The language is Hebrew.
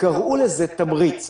קראו לזה תמריץ.